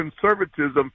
conservatism